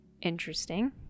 interesting